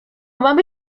mamy